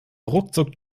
ruckzuck